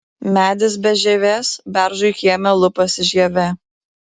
medis be žievės beržui kieme lupasi žievė